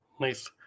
nice